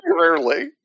rarely